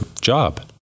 job